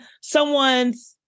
someone's